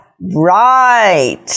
Right